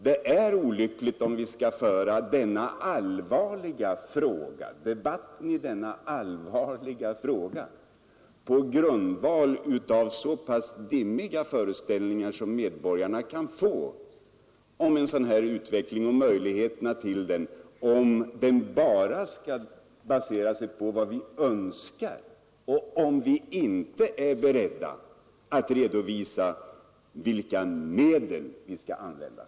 Det vore olyckligt, om medborgarna skulle inges dimmiga föreställningar om möjligheterna till en regional utveckling, vilket ju blir fallet, om debatten i denna allvarliga fråga baseras enbart på vad man önskar utan att man är beredd att redovisa vilka medel som skall användas.